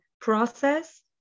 process